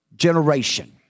generation